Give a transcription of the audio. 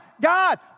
God